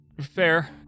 fair